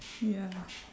ya